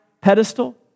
pedestal